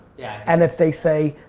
and if they say,